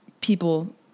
people